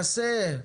מחסה.